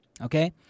Okay